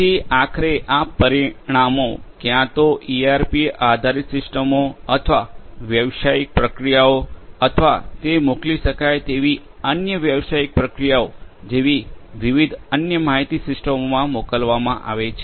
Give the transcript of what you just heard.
તેથી આખરે આ પરિણામો ક્યાં તો ઇઆરપી આધારિત સિસ્ટમો અથવા વ્યવસાયિક પ્રક્રિયાઓ અથવા તે મોકલી શકાય તેવી અન્ય વ્યવસાય પ્રક્રિયાઓ જેવી વિવિધ અન્ય માહિતી સિસ્ટમોમાં મોકલવામાં આવે છે